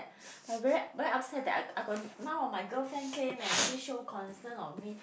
I very very upset that I I got none of my girlfriend came and actually show concern on me